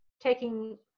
taking